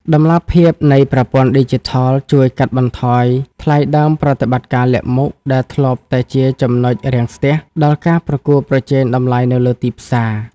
តម្លាភាពនៃប្រព័ន្ធឌីជីថលជួយកាត់បន្ថយ "ថ្លៃដើមប្រតិបត្តិការលាក់មុខ" ដែលធ្លាប់តែជា ចំណុចរាំងស្ទះ ដល់ការប្រកួតប្រជែងតម្លៃនៅលើទីផ្សារ។